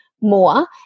more